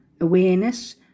Awareness